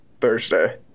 Thursday